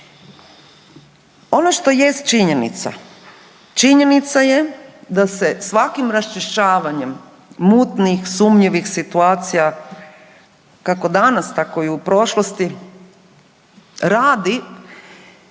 činjenica, činjenica je da se svakim raščišćavanjem mutnih, sumnjivih situacija kako danas, tako i u prošlosti radi